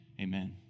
amen